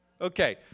Okay